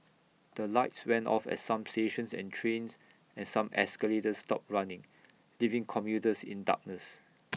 the lights went off at some stations and trains and some escalators stopped running leaving commuters in darkness